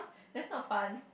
that's not fun